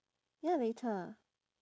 ya later